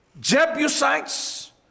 Jebusites